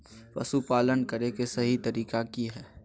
पशुपालन करें के सही तरीका की हय?